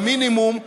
במינימום,